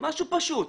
משהו פשוט,